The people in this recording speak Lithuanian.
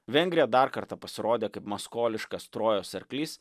vengrija dar kartą pasirodė kaip maskoliškas trojos arklys